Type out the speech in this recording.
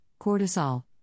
cortisol